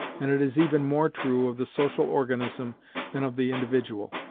and it is even more true of the social organism than of the individual.